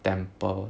temple